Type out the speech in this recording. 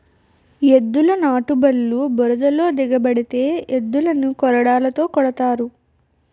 ఎద్దుల నాటుబల్లు బురదలో దిగబడితే ఎద్దులని కొరడాతో కొడతారు